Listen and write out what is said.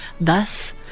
Thus